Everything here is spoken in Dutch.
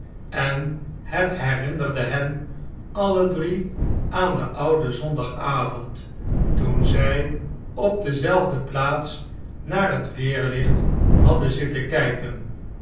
en het herinnerde hen alle drie aan den ouden zondagavond toen zjj op dezelfde plaats naar het weerlicht hadden zitten kjjken